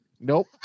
Nope